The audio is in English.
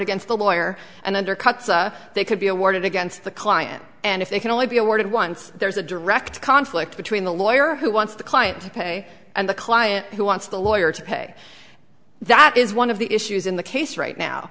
against a lawyer and undercuts they could be awarded against the client and if they can only be awarded once there's a direct conflict between the lawyer who wants the client to pay and the client who wants the lawyer to pay that is one of the issues in the case right now